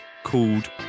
Called